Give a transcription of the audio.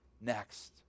next